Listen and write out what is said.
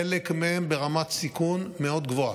חלק מהן ברמת סיכון מאוד גבוהה,